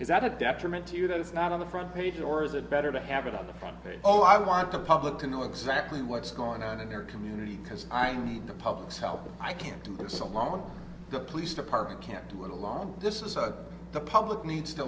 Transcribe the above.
not a detriment to you that it's not on the front page or is it better to have it on the front page oh i want the public to know exactly what's going on in their community because i need the public's help i can't do this along with the police department can't do it alone this is what the public needs to